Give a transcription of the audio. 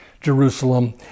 Jerusalem